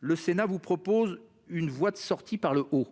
Le Sénat vous propose une voie de sortie par le haut